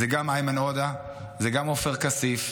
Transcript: זה גם איימן עודה, זה גם עופר כסיף,